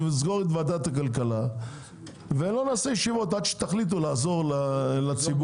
אולי נסגור את ועדת הכלכלה עד שתחליטו לעזור לציבור.